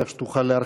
כך שתוכל להרחיב.